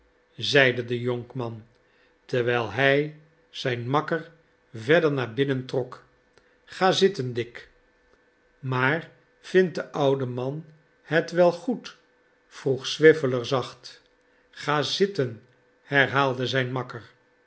zeide de jonkman terwijl hij zijn makker verder naar binnen trok ga zitten dick maar vindt de oude man het wel goed vroeg swiveller zacht ga zitten herhaalde zijn makker